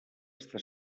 està